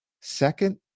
Second